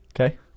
Okay